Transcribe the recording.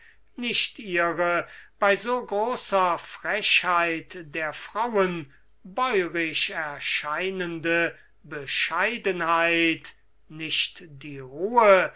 nicht ihre bei so großer frechheit der frauen bäurisch erscheinende bescheidenheit nicht die ruhe